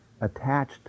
attached